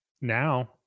now